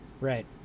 Right